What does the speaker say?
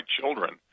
children